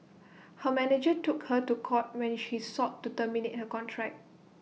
her manager took her to court when she sought to terminate her contract